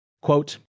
Quote